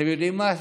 אתם יודעים מה?